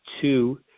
two